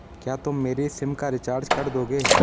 क्या तुम मेरी सिम का रिचार्ज कर दोगे?